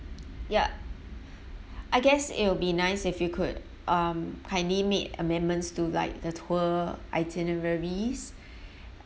ya I guess it will be nice if you could um kindly made amendments to like the tour itineraries